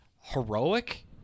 heroic